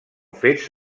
fets